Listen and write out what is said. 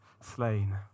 slain